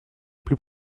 plus